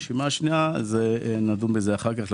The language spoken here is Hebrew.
ברשימה השנייה נדון אחר כך,